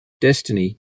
destiny